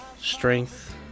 strength